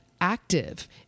active